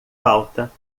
falta